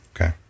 Okay